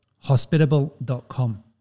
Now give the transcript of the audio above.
Hospitable.com